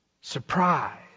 Surprise